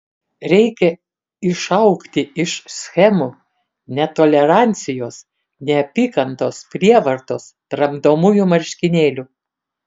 reikia išaugti iš schemų netolerancijos neapykantos prievartos tramdomųjų marškinėlių